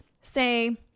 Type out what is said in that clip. say